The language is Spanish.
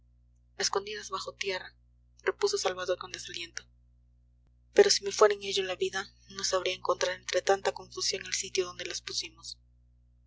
escondidas bajo tierra repuso salvador con desaliento pero si me fuera en ello la vida no sabría encontrar entre tanta confusión el sitio donde las pusimos